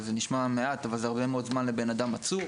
זה נשמע מעט אבל זה הרבה מאוד זמן לבן אדם עצור.